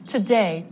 Today